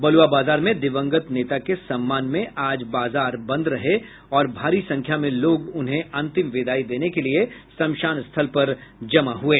बलुआ बाजार में दिवंगत नेता के सम्मान में आज बाजार बंद रहा और भारी संख्या में लोग उन्हें अंतिम विदाई देने के लिए शमशान स्थल पर जमा हये